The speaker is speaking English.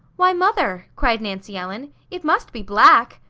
why, mother! cried nancy ellen it must be black!